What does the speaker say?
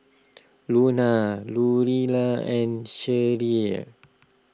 Luna Orilla and Sherrie